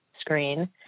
screen